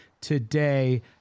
today